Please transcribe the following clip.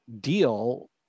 deal